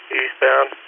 eastbound